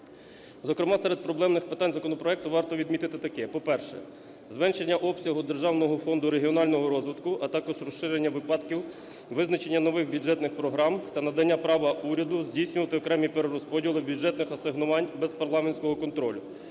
Зокрема, серед проблемних питань законопроекту варто відмітити таке. По-перше, зменшення обсягу Державного фонду регіонального розвитку, а також розширення випадків, визначення нових бюджетних програм та надання права уряду здійснювати окремі перерозподіли, бюджетних асигнувань без парламентського контролю.